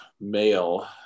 male